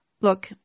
Look